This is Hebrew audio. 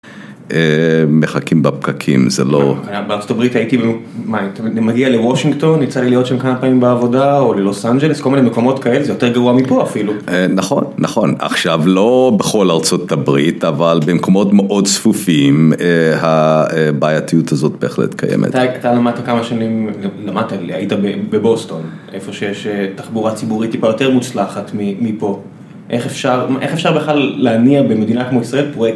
מחכים בפקקים זה לא.. בארה״ב הייתי מגיע לוושינגטון יצא לי להיות שם כמה פעמים בעבודה או ללוס אנג'לס כל מיני מקומות כאלה זה יותר גרוע מפה אפילו. נכון נכון עכשיו לא בכל ארה״ב אבל במקומות מאוד צפופים הבעייתיות הזאת בהחלט קיימת. אתה למדת כמה שנים למדת היית בבוסטון איפה שיש תחבורה ציבורית טיפה יותר מוצלחת מפה, איך אפשר בכלל להניע במדינה כמו ישראל פרויקט